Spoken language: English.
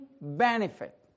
benefit